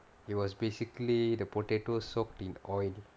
it was basically the potato soaked in oil